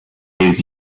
his